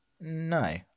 no